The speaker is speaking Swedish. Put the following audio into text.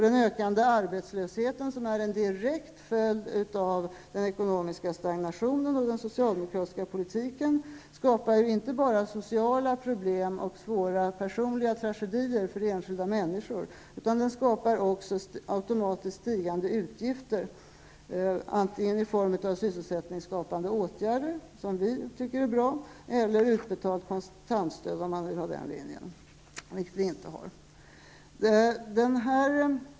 Den ökande arbetslösheten, som är en direkt följd av den ekonomiska stagnationen och den socialdemokratiska politiken, skapar inte bara sociala problem och svåra personliga tragedier för enskilda människor utan också automatiskt stigande utgifter, antingen i form av sysselsättningsskapande åtgärder, som vi tycker är bra, eller utbetalt kontantstöd, om man vill ha den linjen, vilket vi inte har.